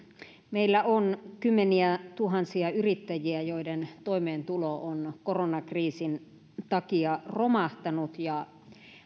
meillä on kymmeniätuhansia yrittäjiä joiden toimeentulo on koronakriisin takia romahtanut ja